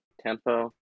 tempo